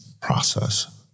process